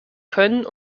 können